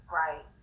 right